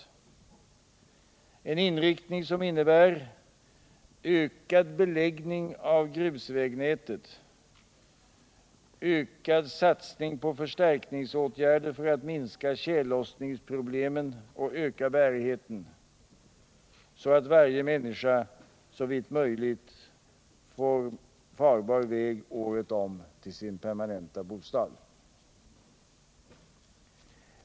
Det är en inriktning som innebär en ökad beläggning av grusvägnätet, en utökad satsning på förstärkningsåtgärder för att minska tjällossningsproblemen och öka bärigheten, så att varje människa såvitt möjligt skall få farbar väg året om till sin permanenta bostad.